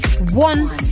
one